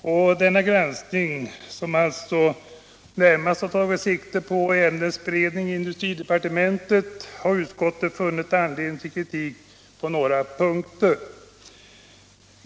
Vid denna granskning, som alltså här närmast tagit sikte på ärendets beredning i industridepartementet, har utskottet funnit anledning till kritik på några punkter.